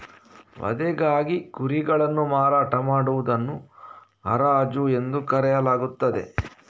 ವಧೆಗಾಗಿ ಕುರಿಗಳನ್ನು ಮಾರಾಟ ಮಾಡುವುದನ್ನು ಹರಾಜು ಎಂದು ಕರೆಯಲಾಗುತ್ತದೆ